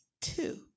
two